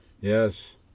Yes